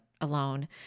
alone